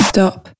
Stop